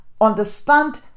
understand